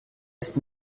ist